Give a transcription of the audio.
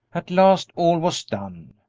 at last all was done,